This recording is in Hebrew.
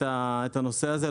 את הנושא הזה.